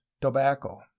tobacco